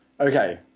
Okay